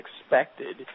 expected